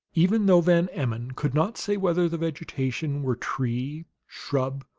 even though van emmon could not say whether the vegetation were tree, shrub,